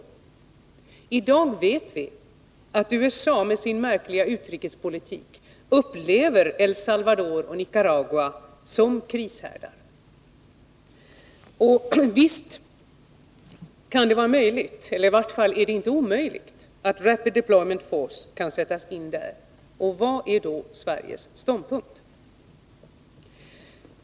I dag vet vi att USA med sin märkliga utrikespolitik upplever El Salvador och Nicaragua som krishärdar. Visst är det möjligt — och det är i vart fall inte omöjligt — att Rapid Deployment Force kan sättas in där. Vilken är då Sveriges ståndpunkt?